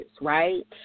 right